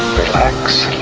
relax,